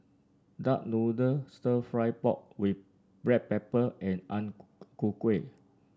Duck Noodle stir fry pork with Black Pepper and Ang Ku Kueh